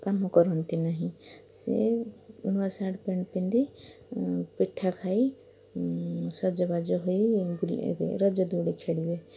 କାମ କରନ୍ତି ନାହିଁ ସେ ନୂଆ ସାର୍ଟ ପ୍ୟାଣ୍ଟ ପିନ୍ଧି ପିଠାଖାଇ ସଜବାଜ ହୋଇ ରଜଦୋଳି ଖେଳିବେ